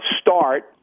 start